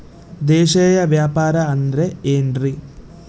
ದೇಶೇಯ ವ್ಯಾಪಾರ ಅಂದ್ರೆ ಏನ್ರಿ?